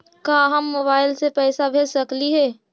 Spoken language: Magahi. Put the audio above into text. का हम मोबाईल से पैसा भेज सकली हे?